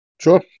sure